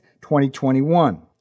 2021